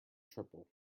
triple